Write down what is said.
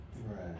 Right